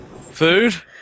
Food